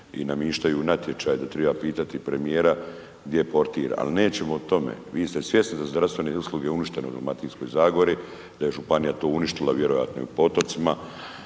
i namištaju natječaji da treba pitati premijera gdje je portir, al nećemo o tome, vi ste svjesni da su zdravstvene usluge uništene u Dalmatinskoj zagori, da je županija to uništila, vjerojatno i po otocima,